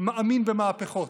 מאמין במהפכות,